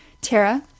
Tara